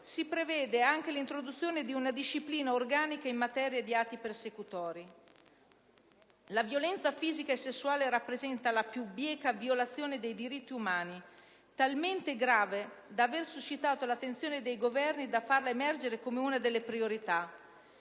si prevede anche l'introduzione di una disciplina organica in materia di atti persecutori. La violenza fisica e sessuale rappresenta la più bieca violazione dei diritti umani, talmente grave da aver suscitato l'attenzione dei Governi e da farla emergere come una delle priorità.